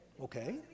Okay